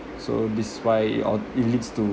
so this is why or it leads to